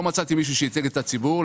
ולא מצאתי מישהו שמייצג את הציבור.